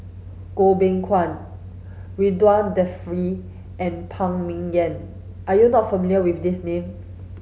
Goh Beng Kwan Ridzwan Dzafir and Phan Ming Yen are you not familiar with these names